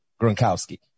Gronkowski